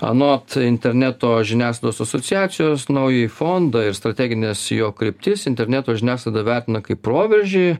anot interneto žiniasklaidos asociacijos naująjį fondą ir strategines jo kryptis interneto žiniasklaida vertina kaip proveržį